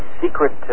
secret